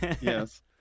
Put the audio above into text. Yes